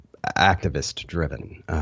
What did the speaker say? activist-driven